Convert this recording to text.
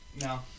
No